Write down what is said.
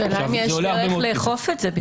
השאלה אם יש דרך לאכוף את זה?